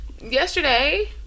Yesterday